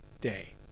day